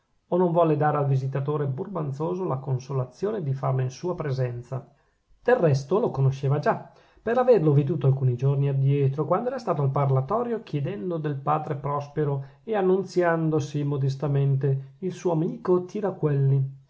o non volle dare al visitatore burbanzoso la consolazione di farlo in sua presenza del resto lo conosceva già per averlo veduto alcuni giorni addietro quando era stato al parlatorio chiedendo del padre prospero e annunziandosi modestamente il suo amico